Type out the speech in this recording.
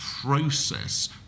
process